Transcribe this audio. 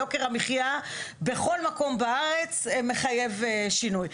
יוקר המחיה בכל מקום בארץ מחייב שינוי.